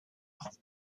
gruppe